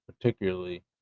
particularly